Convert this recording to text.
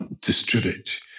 distribute